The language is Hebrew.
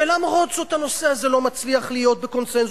ולמרות זאת הנושא הזה לא מצליח להיות בקונסנזוס,